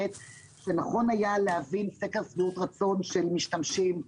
שנכון היה להוביל סקר שביעות רצון של משתמשים,